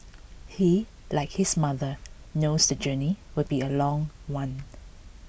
he like his mother knows the journey will be a long one